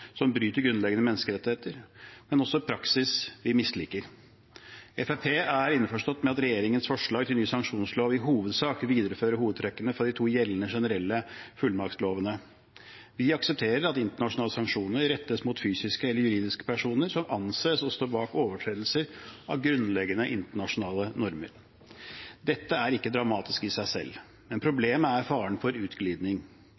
som bryter grunnleggende menneskerettigheter, men også over praksis vi misliker. Fremskrittspartiet er innforstått med at regjeringens forslag til ny sanksjonslov i hovedsak viderefører hovedtrekkene fra de to gjeldende generelle fullmaktslovene. Vi aksepterer at internasjonale sanksjoner rettes mot fysiske eller juridiske personer som anses å stå bak overtredelser av grunnleggende internasjonale normer. Dette er ikke dramatisk i seg selv, men